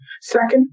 Second